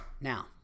Now